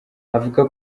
avuga